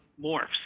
morphs